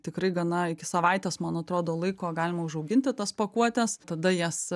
tikrai gana iki savaites man atrodo laiko galima užauginti tas pakuotes tada jas